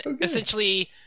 essentially